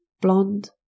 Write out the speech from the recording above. blonde